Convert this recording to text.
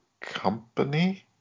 company